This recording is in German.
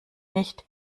nicht